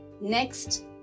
Next